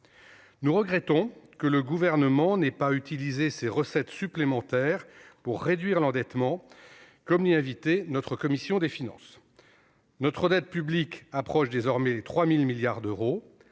Nous regrettons que le Gouvernement n'ait pas utilisé ces recettes supplémentaires pour réduire l'endettement, comme l'y invitait la commission des finances du Sénat. Notre dette publique approche désormais les 3 000 milliards d'euros.